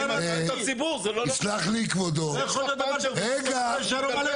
הגברת אומרת משהו שאין לו אחיזה במציאות.